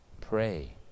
Pray